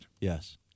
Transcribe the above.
Yes